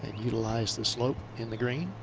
utilize the slope in the green.